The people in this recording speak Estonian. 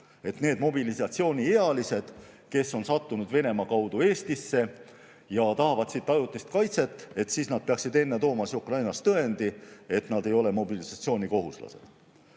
et need mobilisatsiooniealised, kes on sattunud Venemaa kaudu Eestisse ja tahavad siit ajutist kaitset, peaksid enne tooma Ukrainast tõendi, et nad ei ole mobilisatsioonikohuslased.